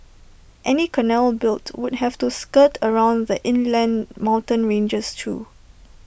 any canal built would have to skirt around the inland mountain ranges too